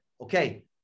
Okay